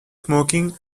smoking